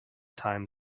time